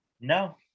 No